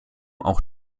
auch